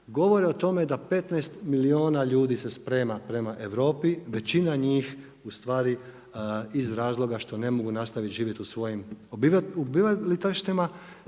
govore o tome da 15 milijuna ljudi se sprema prema Europi, većina njih ustvari iz razloga što ne mogu nastaviti živjeti u svojim obitavalištima